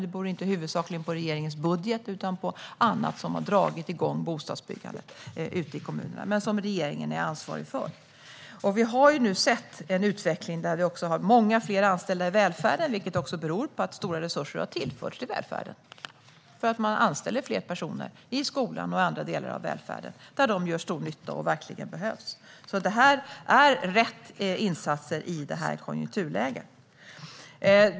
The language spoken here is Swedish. Det beror inte huvudsakligen på regeringens budget utan på annat som har dragit igång bostadsbyggandet ute i kommunerna - men som regeringen är ansvarig för. Vi har nu sett en utveckling där vi har många fler anställda i välfärden, vilket också beror på att stora resurser har tillförts välfärden. Man anställer fler personer i skolan och i andra delar av välfärden, där de gör stor nytta och verkligen behövs. Det är alltså rätt insatser i detta konjunkturläge.